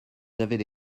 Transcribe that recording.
avaient